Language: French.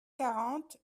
quarante